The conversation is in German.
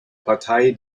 partei